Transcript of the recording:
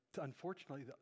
unfortunately